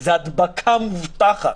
זה הדבקה מובטחת.